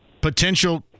potential